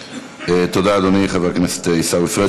תודה, אדוני, חבר הכנסת עיסאווי פריג'.